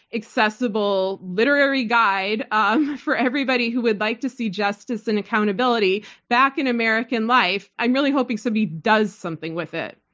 accessible literary guide um for everybody who would like to see justice and accountability back in american life. i'm really hoping somebody does something with it.